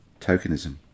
tokenism